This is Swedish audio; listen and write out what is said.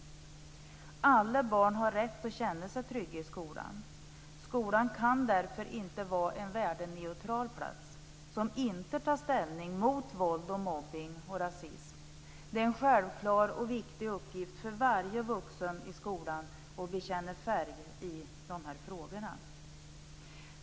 Alla barn har rätt att känna sig trygga i skolan. Skolan kan därför inte vara en värdeneutral plats som inte tar ställning mot våld, mobbning och rasism. Det är en självklar och viktig uppgift för varje vuxen i skolan att bekänna färg i dessa frågor.